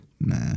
Nah